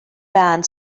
band